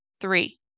Three